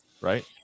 right